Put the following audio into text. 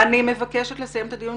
אני מבקשת לסיים את הדיון.